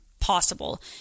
possible